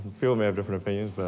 few may have different opinions, but